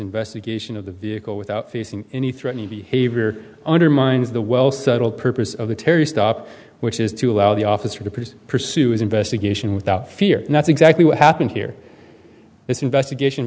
investigation of the vehicle without facing any threatening behavior undermines the well settled purpose of the terry stop which is to allow the officer to prison pursue his investigation without fear and that's exactly what happened here this investigation